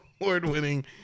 award-winning